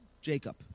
Jacob